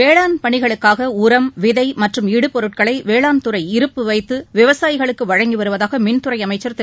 வேளாண் பணிகளுக்காக உரம் விதை மற்றும் இடுபொருட்களை வேளாண் துறை இருப்பு வைத்து விவசாயிகளுக்கு வழங்கி வருவதாக மின்துறை அமைச்சர் திரு